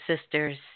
sisters